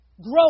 grow